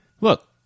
look